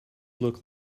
look